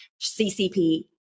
CCP